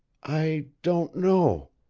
i don't know.